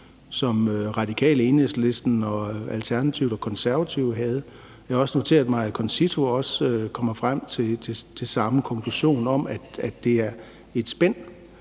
som Radikale, Enhedslisten, Alternativet og Konservative havde. Jeg har også noteret mig, at CONCITO også kommer frem til samme konklusion om, at det er et spænd.